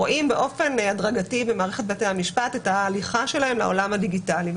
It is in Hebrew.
רואים באופן הדרגתי במערכת בתי המשפט את ההליכה שלהם לעולם הדיגיטלי.